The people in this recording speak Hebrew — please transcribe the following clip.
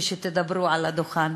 כשתדברו על הדוכן.